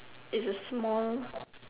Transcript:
is a small